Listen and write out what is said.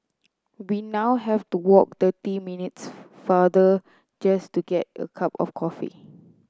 we now have to walk twenty minutes farther just to get a cup of coffee